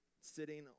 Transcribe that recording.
sitting